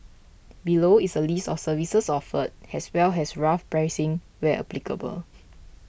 below is a list of services offered as well as rough pricing where applicable